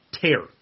tear